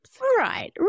Right